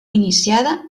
iniciada